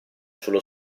sullo